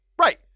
Right